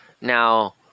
Now